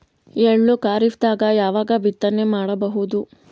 ಎಳ್ಳು ಖರೀಪದಾಗ ಯಾವಗ ಬಿತ್ತನೆ ಮಾಡಬಹುದು?